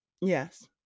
Yes